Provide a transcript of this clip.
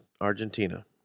Argentina